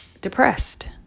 depressed